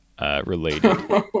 related